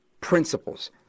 principles